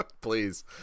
Please